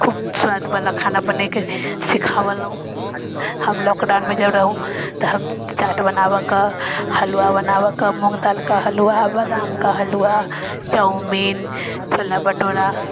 खूब सुआदवला खाना बनैके सिखावलऽ हम लॉकडाउनमे जब रहू तऽ हम चाट बनाबैके हलुआ बनाबैके मूँग दालिके हलुआ बादामके हलुआ चाउमीन छोला भटूरा